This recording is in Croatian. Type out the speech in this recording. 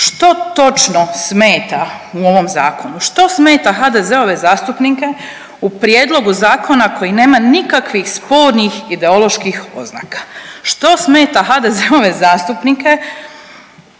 što točno smeta u ovom zakonu, što smeta HDZ-ove zastupnike u prijedlogu zakona koji nema nikakvih spornih ideoloških oznaka? Što smeta HDZ-ove zastupnike